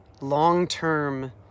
long-term